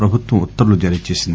ప్రభుత్వం ఉత్తర్వులు జారీ చేసింది